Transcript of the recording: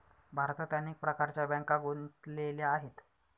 भारतात अनेक प्रकारच्या बँका गुंतलेल्या आहेत